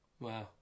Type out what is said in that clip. Wow